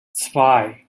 zwei